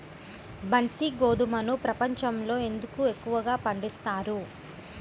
బన్సీ గోధుమను ప్రపంచంలో ఎందుకు ఎక్కువగా పండిస్తారు?